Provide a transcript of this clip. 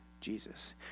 Jesus